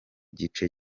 gice